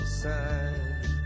side